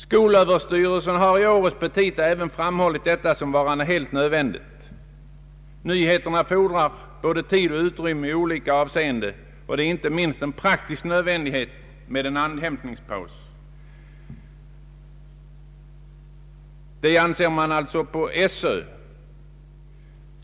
Skolöverstyrelsen har i årets petita även framhållit detta såsom varande helt nödvändigt. Nyheter fordrar både tid och utrymme i olika avseenden, och det är inte minst en praktisk nödvändighet med en ”andhämtningspaus”, anser också Sö.